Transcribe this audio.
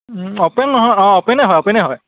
open নহয় অঁ অ'পেনে হয় অপেনে হয়